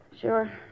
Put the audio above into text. Sure